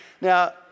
Now